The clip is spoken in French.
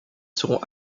seront